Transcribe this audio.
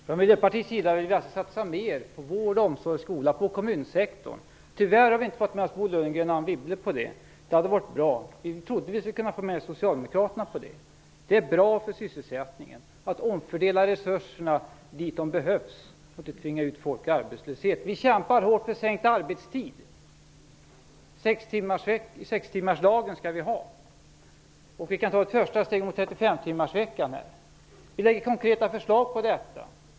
Fru talman! Från Miljöpartiets sida vill vi satsa mer på vård, omsorg och skola, på kommunsektorn. Tyvärr har vi inte fått Bo Lundgren och Anne Wibble med på det. Det hade varit bra. Vi trodde att vi skulle få med Socialdemokraterna. Det är bra för sysselsättningen att omfördela resurserna dit de behövs, att inte behöva tvinga ut folk i arbetslöshet. Vi kämpar hårt för sänkt arbetstid. Sextimmarsdag skall vi ha. Vi kan nu ta ett första steg mot 35 timmars arbetsvecka. Vi lägger fram konkreta förslag till detta.